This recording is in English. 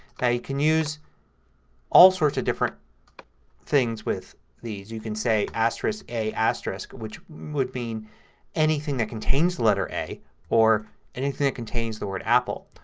can use all sorts of different things with these. you can say asterisk a asterisk which would mean anything that contains the letter a or anything that contains the word apple.